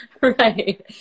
right